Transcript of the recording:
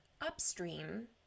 upstream